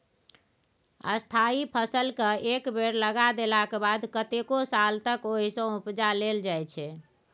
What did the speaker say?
स्थायी फसलकेँ एक बेर लगा देलाक बाद कतेको साल तक ओहिसँ उपजा लेल जाइ छै